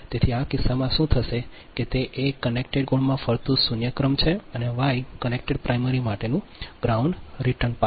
તેથી આ કિસ્સામાં શું થશે કે તે એ કનેક્ટેડ ગૌણમાં ફરતું શૂન્ય ક્રમ છે અને વાય કનેક્ટેડ પ્રાઇમરી માટેનું ગ્રાઉન્ડ રીટર્ન પાથ